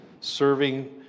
serving